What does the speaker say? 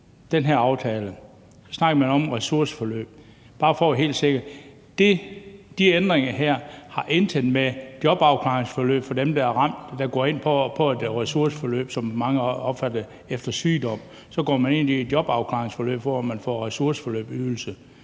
den her aftale snakkede man om et ressourceforløb. Bare for at være helt sikker: De ændringer her har intet at gøre med jobafklaringsforløb for dem, der er ramt, altså dem, der går ind i et ressourceforløb efter sygdom, hvor man går ind i et jobafklaringsforløb, og hvor man får ressourceforløbsydelse.